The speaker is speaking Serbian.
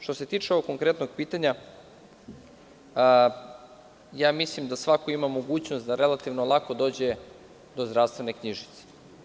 Što se tiče ovog konkretnog pitanja, ja mislim da svako ima mogućnost da relativno lako dođe do zdravstvene knjižice.